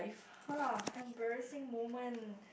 !huh! embarrassing moment